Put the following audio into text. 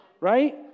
Right